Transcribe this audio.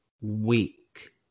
week